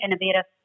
innovative